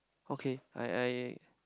okay I I